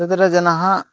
तत्र जनाः